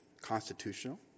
constitutional